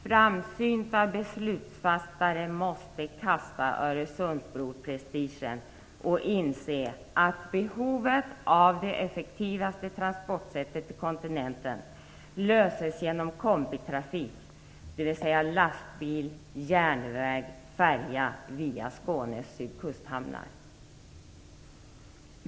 Framsynta beslutsfattare måste kasta Öresundsbroprestigen och inse att behovet av det effektivaste transportsättet för trafiken till kontinenten löses genom kombitrafik, dvs. lastbil, järnväg, färja via Skånes sydkusthamnar.